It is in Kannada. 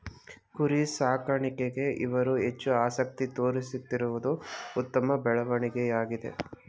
ಕುರಿ ಸಾಕಾಣಿಕೆಗೆ ಇವರು ಹೆಚ್ಚು ಆಸಕ್ತಿ ತೋರಿಸುತ್ತಿರುವುದು ಉತ್ತಮ ಬೆಳವಣಿಗೆಯಾಗಿದೆ